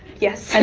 yes. and